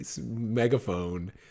megaphone